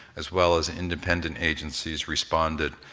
as well as independent agencies responded.